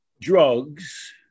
drugs